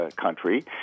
country